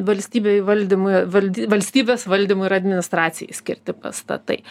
valstybei valdymui valdy valstybės valdymui ir administracijai skirti pastatai